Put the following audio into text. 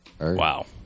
Wow